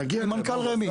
עם מנכ"ל רמ"י.